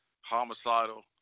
homicidal